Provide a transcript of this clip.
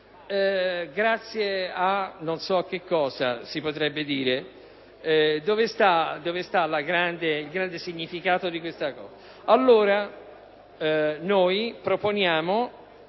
Grazie a... non so che cosa, si potrebbe dire! Dove sta il grande significato di questa frase?